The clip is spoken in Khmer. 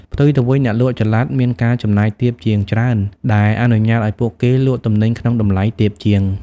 ផ្ទុយទៅវិញ អ្នកលក់ចល័តមានការចំណាយទាបជាងច្រើន ដែលអនុញ្ញាតឲ្យពួកគេលក់ទំនិញក្នុងតម្លៃទាបជាង។